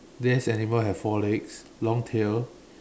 this animal have four legs long tail